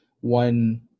one